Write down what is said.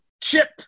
chip